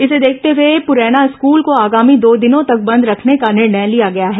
इसे देखते हुए पुरैना स्कूल को आगामी दो दिनों तक बंद रखने का निर्णय लिया गया है